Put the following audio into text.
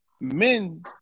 Men